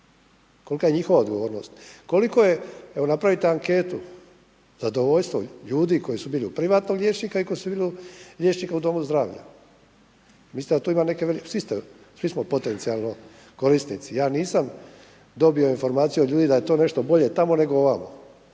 Koliko je, evo napravite anketu, zadovoljstvo ljudi koji su bili kod privatnog liječnika i koji su bili kod liječnika u domu zdravlja. Mislite da to ima neke velike, svi smo potencijalno korisnici. Ja nisam dobio informaciju od ljudi da je to nešto bolje tamo, nego ovamo.